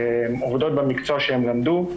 עובדות במקצוע שהן למדו,